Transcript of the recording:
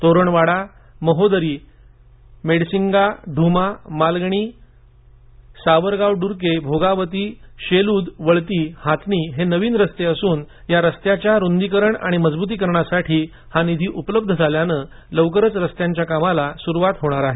तोरणवाडा महोदरी मेडसिंगा ढ्रमा मालगणी सावरगाव डुकरे भोगावती शेलुद वळती हातणी हे नवीन रस्ते असून त्या रस्त्याच्या रुंदीकरण आणि मजबुतीकरणासाठी निधी उपलब्ध झाल्यानं लवकरच रस्ते कामास सुरुवात होणार आहे